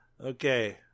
Okay